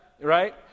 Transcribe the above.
right